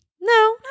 No